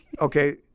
Okay